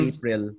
April